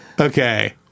Okay